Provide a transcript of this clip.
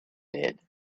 did